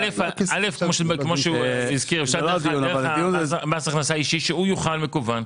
א' כמו שהוא הזכיר אפשר להיכנס דרך המס הכנסה האישי שהוא יוכל מקוון,